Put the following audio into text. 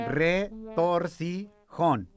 retorcijón